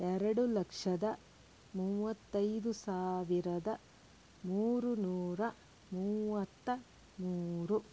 ಎರಡು ಲಕ್ಷದ ಮೂವತ್ತೈದು ಸಾವಿರದ ಮೂರುನೂರ ಮೂವತ್ತ ಮೂರು